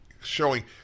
showing